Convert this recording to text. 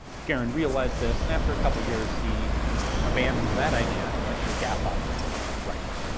garand realised this and after a couple years he he abandoned that idea and went to a gas operated rifle.